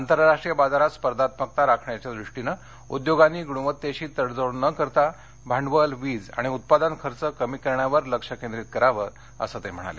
आंतरराष्ट्रीय बाजारात स्पर्धात्मकता राखण्याच्या दृष्टिनं उद्योगांनी गुणवत्तेशी तडजोड न करता भांडवल वीज आणि उत्पादन खर्च कमी करण्यावर लक्ष केंद्रित करावं असं ते म्हणाले